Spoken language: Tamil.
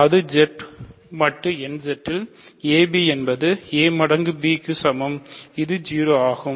அதாவது Z மட்டு nZ இல் ab என்பது a மடங்கு b க்கு சமம் இது 0 ஆகும்